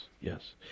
yes